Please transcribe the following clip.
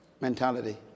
Mentality